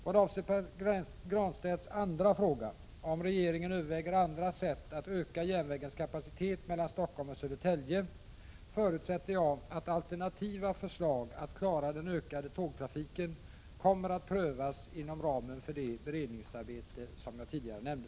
Vad avser Pär Granstedts andra fråga — om regeringen överväger andra sätt att öka järnvägens kapacitet mellan Stockholm och Södertälje — förutsätter jag att alternativa förslag att klara den ökade tågtrafiken kommer att prövas inom ramen för det beredningsarbete som jag tidigare nämnde.